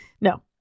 No